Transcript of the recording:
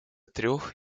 трех